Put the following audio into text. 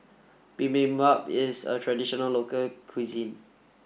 Bibimbap is a traditional local cuisine